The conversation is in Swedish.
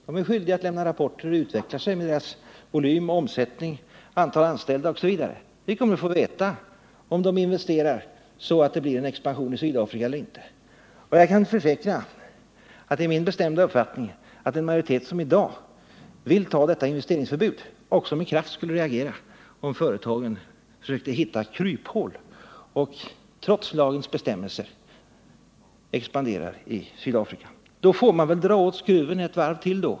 De är skyldiga att lämna rapporter om hur det utvecklar sig med produktionsvolymen, omsättning, antal anställda osv. Vi kommer att få reda på om de investerar, så att det blir en expansion i Sydafrika. Det är min bestämda övertygelse att den majoritet som i dag vill ta detta investeringsförbud också med kraft skulle reagera om företagen försökte hitta kryphål och trots lagens bestämmelser skulle expandera i Sydafrika. I så fall får man väl dra åt skruven ett varv till.